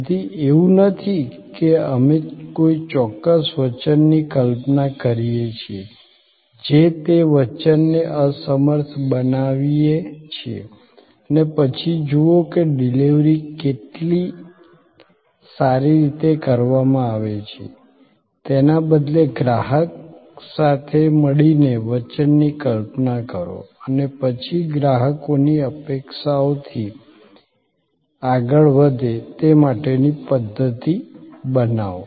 તેથી એવું નથી કે અમે કોઈ ચોક્કસ વચનની કલ્પના કરીએ છીએ જે તે વચનને અસમર્થ બનાવીએ છીએ અને પછી જુઓ કે ડિલિવરી કેટલી સારી રીતે કરવામાં આવે છે તેના બદલે ગ્રાહક સાથે મળીને વચનની કલ્પના કરો અને પછી ગ્રાહકોની અપેક્ષાઓથી આગળ વધે તે માટેની પધ્ધતિ બનાવો